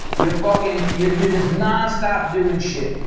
you're fucking, you're you're just non-stop doing shit,